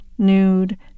nude